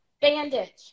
Bandage